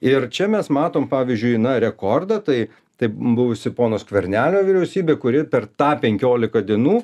ir čia mes matom pavyzdžiui na rekordą tai taip buvusi pono skvernelio vyriausybė kuri per tą penkiolika dienų